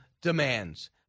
Demands